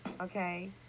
okay